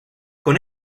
con